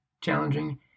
challenging